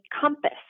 compass